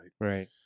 right